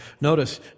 Notice